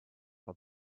for